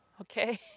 okay